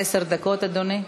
עד עשר דקות, אדוני.